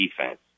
defense